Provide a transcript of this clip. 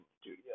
studio